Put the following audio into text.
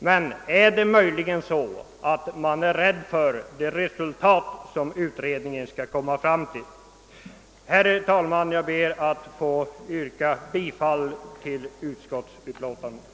Men är det möjligen så att man är rädd för det resultat som utredningen skulle komma fram till? Herr talman! Jag ber att få yrka bifall till utskottets hemställan.